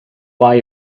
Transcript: buy